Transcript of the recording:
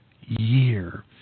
year